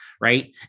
right